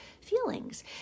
feelings